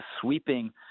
sweeping